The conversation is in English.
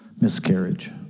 miscarriage